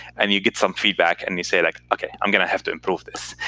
and you get some feedback, and you say, like ok, i'm going to have to improve this.